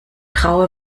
traue